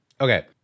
Okay